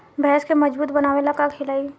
भैंस के मजबूत बनावे ला का खिलाई?